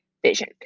Vision